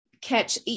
catch